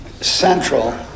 central